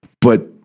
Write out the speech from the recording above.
But-